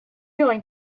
going